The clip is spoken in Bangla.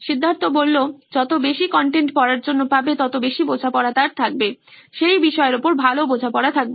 সিদ্ধার্থ যত বেশি কন্টেন্ট পড়ার জন্য পাবে ততবেশি বোঝাপড়া তার থাকবে সেই বিষয়ের ওপর ভালো বোঝাপড়া থাকবে